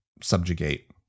subjugate